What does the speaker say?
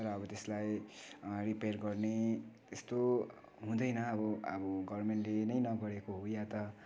तर अब त्यसलाई रिपेयर गर्ने यस्तो हुँदैन अब अब गभर्मेन्टले नै नगरेको हो या त